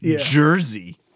Jersey